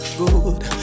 good